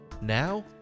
Now